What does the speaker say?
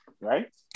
right